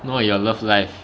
no your love life